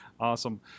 Awesome